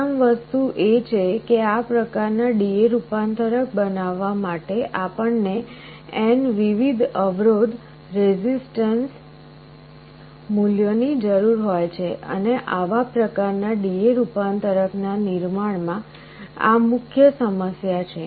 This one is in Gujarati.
પ્રથમ વસ્તુ એ છે કે આ પ્રકારનાં DA રૂપાંતરક બનાવવા માટે આપણને n વિવિધ અવરોધરેઝિસ્ટન્સ મૂલ્યોની જરૂર હોય છે અને આવા પ્રકારના DA રૂપાંતરક ના નિર્માણ માં આ મુખ્ય સમસ્યા છે